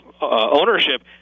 ownership